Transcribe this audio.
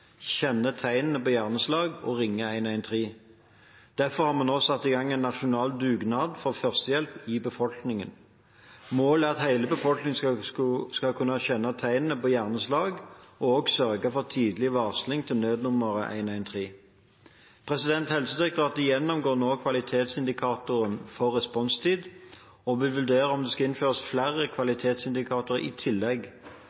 tegnene på hjerneslag og ringer 113. Derfor har vi nå satt i gang en nasjonal dugnad for førstehjelp i befolkningen. Målet er at hele befolkningen skal kunne kjenne tegnene på hjerneslag og sørge for tidlig varsling til nødnummeret 113. Helsedirektoratet gjennomgår nå kvalitetsindikatoren for responstid, og vil vurdere om det skal innføres flere